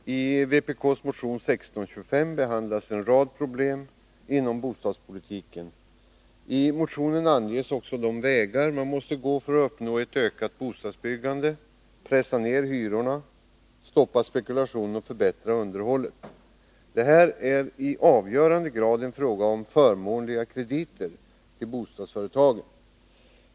Herr talman! I vpk:s motion 1625 behandlas en rad problem inom bostadspolitiken. I motionen anges de vägar som man måste gå för att uppnå ett ökat bostadsbyggande, pressa ned hyrorna, stoppa spekulationen och förbättra underhållet. Det är i avgörande grad en fråga om förmånliga krediter till bostadsföretagen.